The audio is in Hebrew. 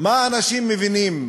מה אנשים מבינים